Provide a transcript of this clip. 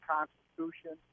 Constitution